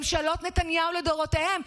ממשלות נתניהו לדורותיהן.